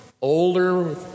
Older